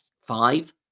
five